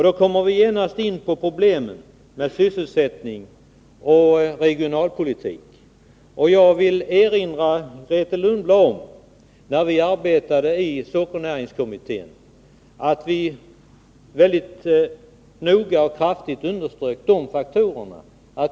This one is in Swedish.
Då kommer vi genast in på problemen om sysselsättning och regionalpolitik. Jag vill erinra Grethe Lundblad om att när vi arbetade i sockernäringskommittén så underströk vi de här faktorerna mycket kraftigt.